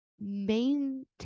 maintain